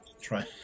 try